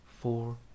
four